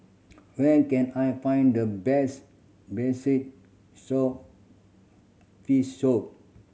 where can I find the best braised soap fin soup